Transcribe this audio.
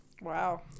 Wow